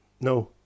No